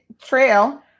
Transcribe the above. trail